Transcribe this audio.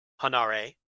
Hanare